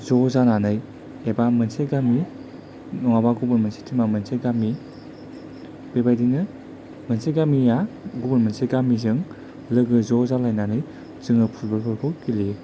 ज' जानानै एबा मोनसे गामि नङाबा गुबुन मोनसे टिमा मोनसे गामि बेबायदिनो मोनसे गामिया गुबुन मोनसे गामिजों लोगो ज' जालायनानै जोङो फुटबल फोरखौ गेलेयो